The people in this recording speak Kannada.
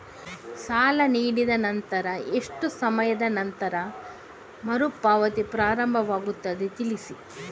ಸಾಲ ನೀಡಿದ ನಂತರ ಎಷ್ಟು ಸಮಯದ ನಂತರ ಮರುಪಾವತಿ ಪ್ರಾರಂಭವಾಗುತ್ತದೆ ತಿಳಿಸಿ?